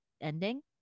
ending